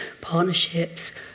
partnerships